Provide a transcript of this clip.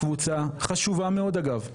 חשובה מאוד אגב,